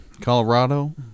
Colorado